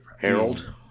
Harold